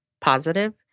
positive